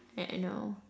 I I know